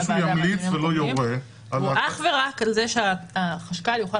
שהוא ימליץ ולא יורה על ------ הוא אך ורק על זה שהחשכ"ל יוכל